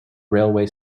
railway